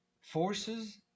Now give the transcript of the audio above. forces